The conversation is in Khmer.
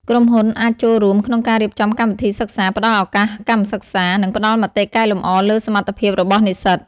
ក្រុមហ៊ុនអាចចូលរួមក្នុងការរៀបចំកម្មវិធីសិក្សា ផ្តល់ឱកាសកម្មសិក្សា និងផ្តល់មតិកែលម្អលើសមត្ថភាពរបស់និស្សិត។